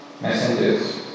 messengers